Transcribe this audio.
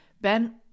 Ben